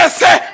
say